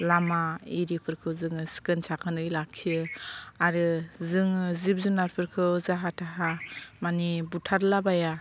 लामा एरिफोरखौ जोङो सिखोन साखोनै लाखियो आरो जोङो जिब जुनारफोरखौ जाहा थाहा माने बुथारलाबाया